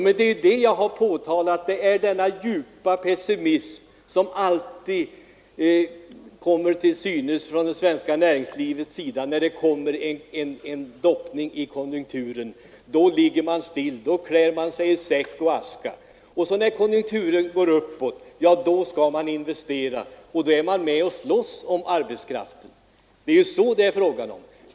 Men det är ju det jag har påtalat — denna djupa pessimism som alltid kommer till synes från det svenska näringslivets sida när det blir en doppning i konjunkturen. Då ligger man stilla, då klär man sig i säck och aska. När sedan konjunkturen går uppåt igen, då investerar man och är med och slåss om arbetskraften.